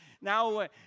now